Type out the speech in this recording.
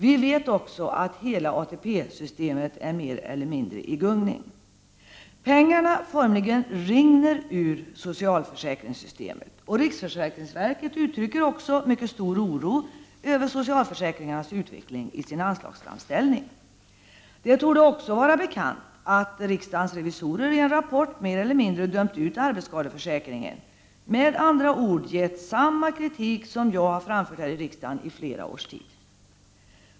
Vi vet också att hela ATP-systemet är mer eller mindre i gungning. Pengarna formligen rinner ur socialförsäkringssystemet. Riksförsäkringsverket uttrycker stor oro över socialförsäkringarnas utveckling i sin anslagsframställning. Det torde också vara bekant att riksdagens revisorer i en rapport mer eller mindre dömt ut arbetsskadeförsäkringen, med andra ord gett samma kritik som jag har framfört här i riksdagen i flera års tid.